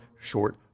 short